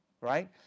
Right